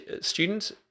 Students